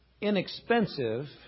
Inexpensive